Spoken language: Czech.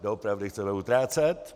Doopravdy chceme utrácet.